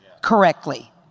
correctly